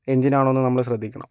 എൻജിനാണോ എന്ന് നമ്മൾ ശ്രദ്ധിക്കണം